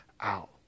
out